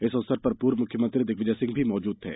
इस अवसर पर पूर्व मुख्यमंत्री दिग्विजय सिंह भी थे